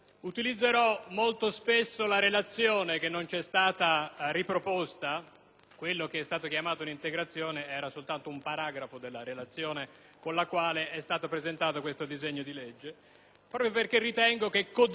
quella che è stata chiamata un'integrazione era soltanto un paragrafo della relazione) con la quale è stato presentato questo disegno di legge, proprio perché ritengo che codifichi ciò che è già stato, e giustamente, denunciato dal senatore Pistorio, e cioè